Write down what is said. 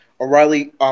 O'Reilly